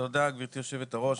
תודה גברתי יושבת הראש,